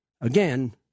again